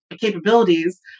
capabilities